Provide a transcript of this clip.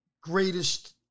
greatest